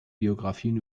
biografien